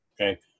Okay